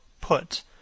put